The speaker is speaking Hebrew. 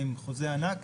ואם בחוזה ענק.